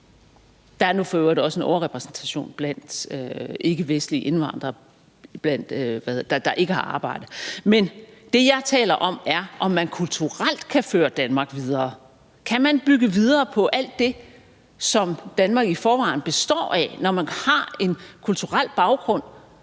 Der er nu for øvrigt også en overrepræsentation af ikkevestlige indvandrere blandt dem, der ikke har arbejde. Men det, jeg taler om, er, om man kulturelt kan føre Danmark videre. Kan man bygge videre på alt det, som Danmark i forvejen består af, når man har en kulturel baggrund,